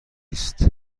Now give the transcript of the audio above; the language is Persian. است